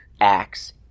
Acts